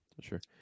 sure